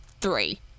Three